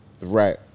Right